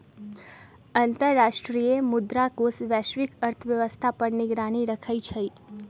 अंतर्राष्ट्रीय मुद्रा कोष वैश्विक अर्थव्यवस्था पर निगरानी रखइ छइ